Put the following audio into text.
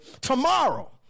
tomorrow